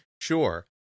Sure